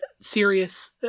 serious